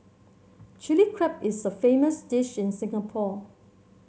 Chilli Crab is a famous dish in Singapore